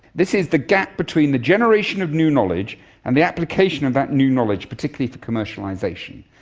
this is the gap between the generation of new knowledge and the application of that new knowledge particularly for commercialisation.